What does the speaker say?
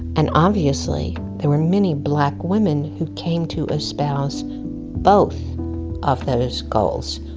and obviously there were many black women who came to espouse both of those goals,